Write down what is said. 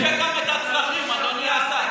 תשווה גם את הצרכים, אדוני השר.